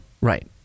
Right